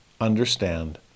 understand